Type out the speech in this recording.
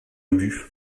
ubu